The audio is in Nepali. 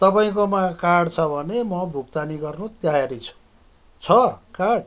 तपाईँकोमा कार्ड छ भने म भुक्तानी गर्नु तयारी छु छ कार्ड